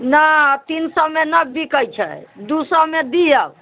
नहि तीन सए मे नहि बिकैत छै दू सए मे दियौ